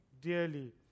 dearly